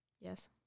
Yes